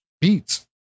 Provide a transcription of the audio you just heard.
beats